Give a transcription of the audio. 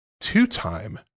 two-time